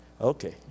Okay